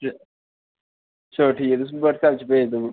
चलो ठीक ऐ तुस व्हाट्सऐप च पाई ओड़ो